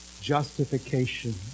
justification